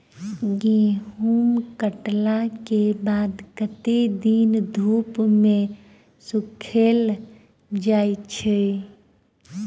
गहूम कटला केँ बाद कत्ते दिन धूप मे सूखैल जाय छै?